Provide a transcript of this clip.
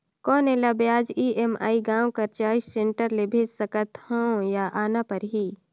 कौन एला ब्याज ई.एम.आई गांव कर चॉइस सेंटर ले भेज सकथव या आना परही?